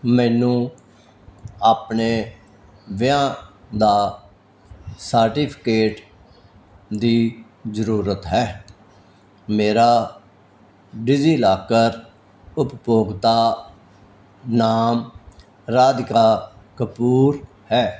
ਮੈਨੂੰ ਆਪਣੇ ਵਿਆਹ ਦਾ ਸਰਟੀਫਿਕੇਟ ਦੀ ਜ਼ਰੂਰਤ ਹੈ ਮੇਰਾ ਡਿਜੀਲਾਕਰ ਉਪਭੋਗਤਾ ਨਾਮ ਰਾਧਿਕਾ ਕਪੂਰ ਹੈ